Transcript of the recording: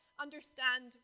understand